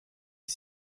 est